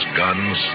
guns